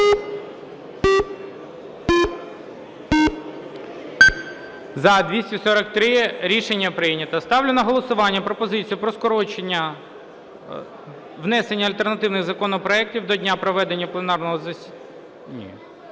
За-243 Рішення прийнято. Ставлю на голосування пропозицію про скорочення, внесення альтернативних законопроектів до дня проведення пленарного… Скорочення